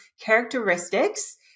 characteristics